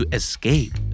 escape